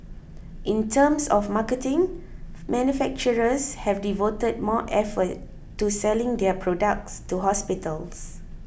in terms of marketing manufacturers have devoted more effort to selling their products to hospitals